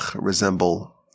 resemble